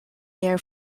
year